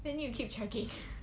then you need to keep checking